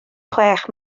chwech